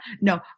no